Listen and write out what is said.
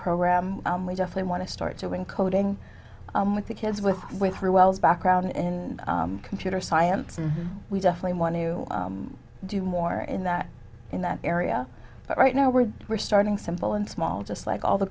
program we definitely want to start doing coding with the kids with with her wells background in computer science and we definitely want to do more in that in that area but right now we're we're starting simple and small just like all the